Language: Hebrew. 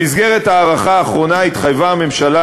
במסגרת ההארכה האחרונה התחייבה הממשלה,